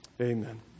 Amen